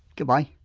goodbye!